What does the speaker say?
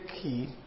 key